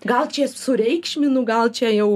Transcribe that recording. gal čia sureikšminu gal čia jau